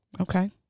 Okay